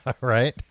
Right